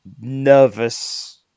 nervous